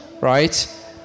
right